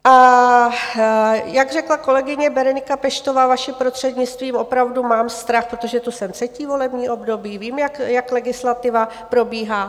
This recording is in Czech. A jak řekla kolegyně Berenika Peštová, vaším prostřednictvím, opravdu mám strach, protože tu jsem třetí volební období, vím, jak legislativa probíhá.